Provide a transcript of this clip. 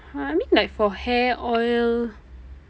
I mean like for hair oil